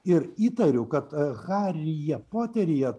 ir įtariu kad haryje poteryje